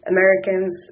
Americans